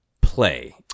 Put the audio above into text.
play